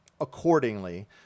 accordingly